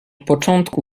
początku